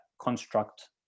construct